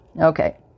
Okay